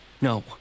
No